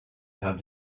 have